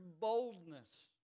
boldness